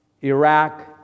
Iraq